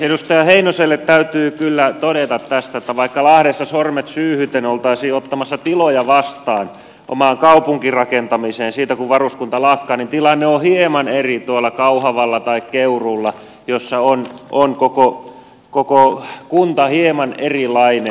edustaja heinoselle täytyy kyllä todeta tästä että vaikka lahdessa sormet syyhyten oltaisiin ottamassa tiloja vastaan omaan kaupunkirakentamiseen siitä kun varuskunta lakkaa niin tilanne on hieman eri tuolla kauhavalla tai keuruulla jossa on koko kunta hieman erilainen